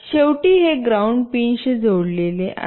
आणि शेवटी हे ग्राउंड पिनशी जोडलेले आहे